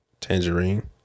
Tangerine